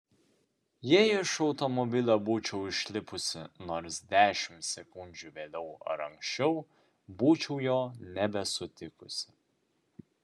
jei iš automobilio būčiau išlipusi nors dešimt sekundžių vėliau ar anksčiau būčiau jo nebesutikusi